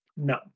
No